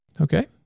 Okay